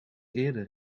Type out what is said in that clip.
eerder